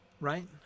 right